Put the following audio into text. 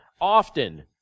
often